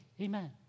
Amen